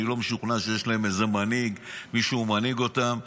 אני לא משוכנע שיש להם איזה מנהיג או שמישהו מנהיג אותם.